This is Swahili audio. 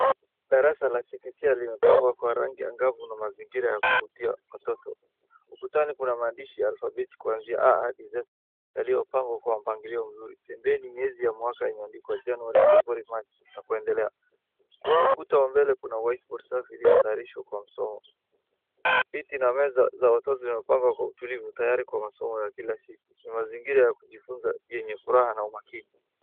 Darasa la chekechea limepangwa kwa rangi angavu na mazingira ya kuvutia watoto. Ukutani kuna maandishi ya alfabeti kuanzia A hadi Z yaliyopangwa kwa mpangilio mzuri. Pembeni miezi ya mwaka imeandikwa Januari, Februari, Machi na kuendelea. Kwenye ukuta mbele kuna [whiteboard] safi iliyotayarishwa kwa msomo. Viti na meza za watoto zimepangwa kwa utulivu tayari kwa masomo ya kila siku. Ni mazingira ya kujifunza yenye furaha na umakini.